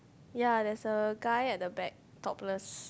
ya there's a guy at the back topless